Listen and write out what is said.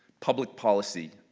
public policy,